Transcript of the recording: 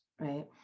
right